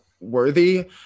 worthy